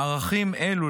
מערכים אלו,